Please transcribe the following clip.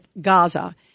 Gaza